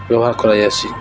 ବ୍ୟବହାର କରାଯାଇସି